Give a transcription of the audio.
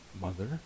mother